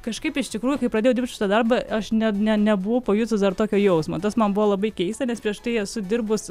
kažkaip iš tikrųjų kai pradėjau dirbt šitą darbą aš ne nebuvau pajutus dar tokio jausmo tas man buvo labai keista nes prieš tai esu dirbus